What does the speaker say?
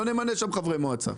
לא נמנה שום חברי מועצה,